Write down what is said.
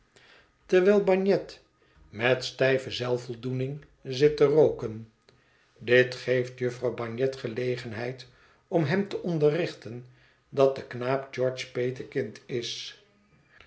terwijl bagnet met stijve zelfvoldoening zit te rooken dit geeft jufvrouw bagnet gelegenheid om hem te onderrichten dat de knaap george's petekind is